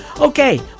Okay